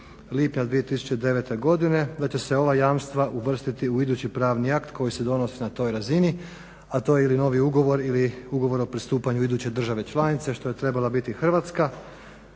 lipnja 2009. godine da će se ova jamstva uvrstiti u idući pravni akt koji se donosi na toj razini, a to je ili novi ugovor ili ugovor o pristupanju iduće države članice što je trebala biti Hrvatska.